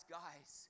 guys